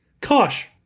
Kosh